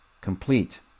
complete